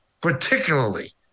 particularly